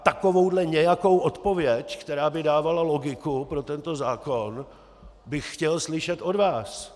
Takovou nějakou odpověď, která by dávala logiku pro tento zákon, bych chtěl slyšet od vás.